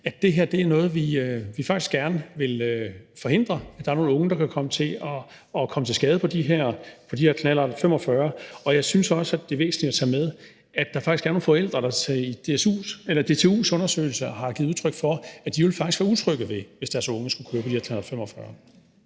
at det her er noget, vi faktisk gerne vil forhindre, nemlig at der er nogle unge, der vil komme til skade med de her knallert 45. Og jeg synes også, at det er væsentligt at tage med, at der faktisk er nogle forældre, der i DTU's undersøgelse har givet udtryk for, at de faktisk ville være utrygge ved, at deres unge skulle køre på de her knallert 45.